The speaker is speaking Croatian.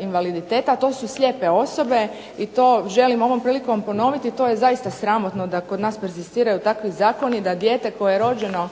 invaliditeta, a to su slijepe osobe i to želim ovom prilikom ponoviti, to je zaista sramotno da kod nas …/Ne razumije se./… takvi zakoni da dijete koje je rođeno